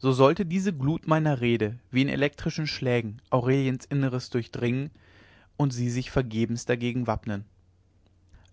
so sollte diese glut meiner rede wie in elektrischen schlägen aureliens inneres durchdringen und sie sich vergebens dagegen wappnen